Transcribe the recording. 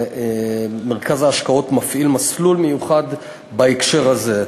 ומרכז ההשקעות מפעיל מסלול מיוחד בהקשר הזה.